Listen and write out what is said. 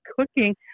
cooking